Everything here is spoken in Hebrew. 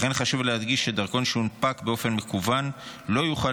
לכן חשוב להדגיש שדרכון שהונפק באופן מקוון לא יוכל